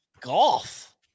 golf